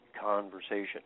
conversation